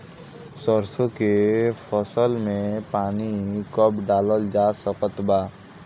सरसों के फसल में पानी कब डालल जा सकत बा?